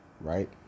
right